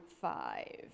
five